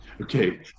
Okay